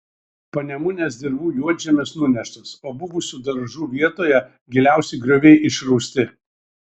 panemunės dirvų juodžemis nuneštas o buvusių daržų vietoje giliausi grioviai išrausti